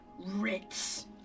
Ritz